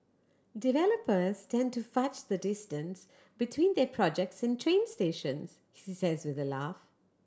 developers tend to fudge the distance between their projects and train stations he says with a laugh